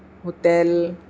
hotel